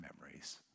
memories